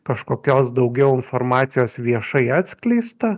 kažkokios daugiau informacijos viešai atskleista